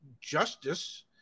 Justice